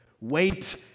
Wait